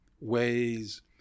ways